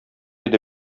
иде